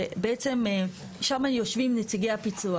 ובעצם שם יושבים נציגי הפיצוח.